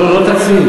לא תקציב,